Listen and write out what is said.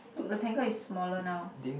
look rectangle is smaller now